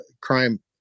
crime